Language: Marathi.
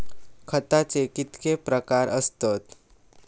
खताचे कितके प्रकार असतत?